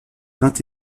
vingt